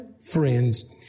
friends